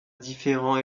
différents